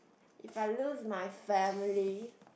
if I lose my family